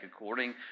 according